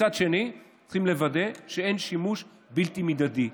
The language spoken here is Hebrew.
מצד שני, צריך לוודא שאין שימוש בלתי מידתי.